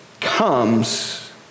comes